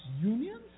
unions